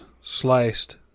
sliced